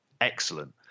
excellent